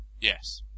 Yes